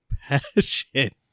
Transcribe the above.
Passion